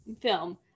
film